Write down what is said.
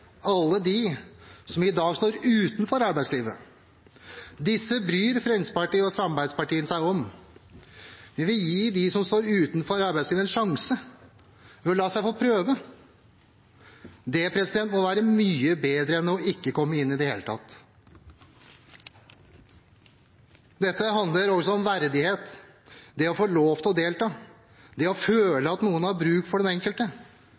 alle dem som i dag står utenfor arbeidslivet. Disse bryr Fremskrittspartiet og samarbeidspartiene seg om. Vi vil gi dem som står utenfor arbeidslivet, en sjanse ved å la dem få prøve seg. Det må være mye bedre enn ikke å komme inn i det hele tatt. Dette handler også om verdighet, det å få lov til å delta, det å føle at noen har bruk for